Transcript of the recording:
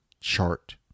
chart